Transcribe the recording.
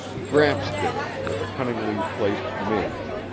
gramps did it with a cunningly placed midge.